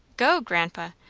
go, grandpa?